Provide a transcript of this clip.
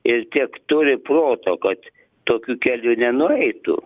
ir tiek turi proto kad tokiu keliu nenueitų